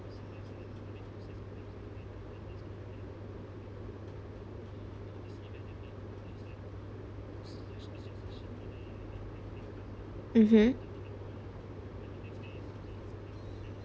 mmhmm